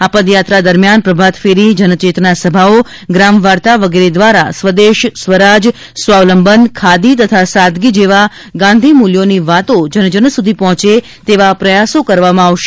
આ પદયાત્રા દરમિયાન પ્રભાત ફેરી જનચેતના સભાઓ ગ્રામવાર્તા વગેરે દ્વારા સ્વદેશ સ્વરાજ સ્વાવલંબન ખાદી તથા સાદગી જેવા ગાંધી મૂલ્યોની વાતો જન જન સુધી પહોંચે તેવા પ્રયાસો કરવામાં આવશે